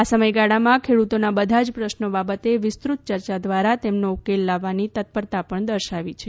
આ સમયગાળામાં ખેડૂતોના બધા જ પ્રશ્નો બાબતે વિસ્તૃત ચર્ચા દ્વારા તેમનો ઉકેલ લાવવાની તત્પરતા પણ દર્શાવી છે